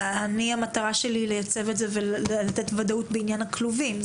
המטרה שלי היא לייצב את זה ולתת ודאות בעניין הכלובים,